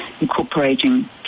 incorporating